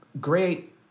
great